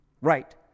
Right